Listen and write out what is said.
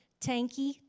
tanky